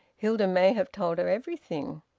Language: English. hilda may have told her everything.